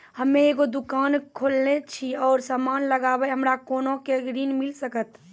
हम्मे एगो दुकान खोलने छी और समान लगैबै हमरा कोना के ऋण मिल सकत?